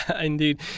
Indeed